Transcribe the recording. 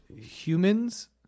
humans